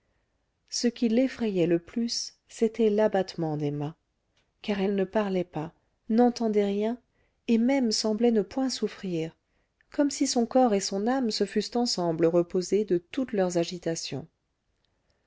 ce qui l'effrayait le plus c'était l'abattement d'emma car elle ne parlait pas n'entendait rien et même semblait ne point souffrir comme si son corps et son âme se fussent ensemble reposés de toutes leurs agitations